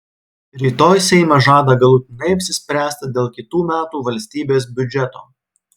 rytoj seimas žada galutinai apsispręsti dėl kitų metų valstybės biudžeto